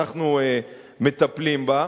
ואנחנו מטפלים בה.